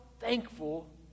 thankful